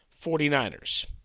49ers